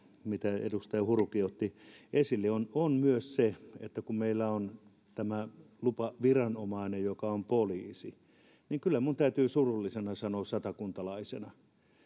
mitä edustaja hurukin otti esille on on myös se että kun meillä on tämä lupaviranomainen joka on poliisi niin kyllä minun täytyy surullisena sanoa satakuntalaisena